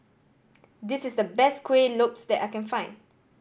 this is the best Kuih Lopes that I can find